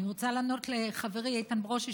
אני רוצה לענות לחברי איתן ברושי,